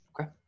Okay